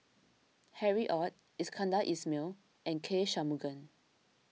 Harry Ord Iskandar Ismail and K Shanmugam